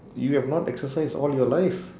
you have not exercise all your life